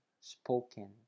spoken